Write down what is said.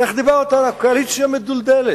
איך דיברת על הקואליציה המדולדלת.